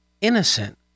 innocent